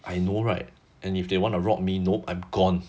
I know right and if they want to rob me nope I'm gone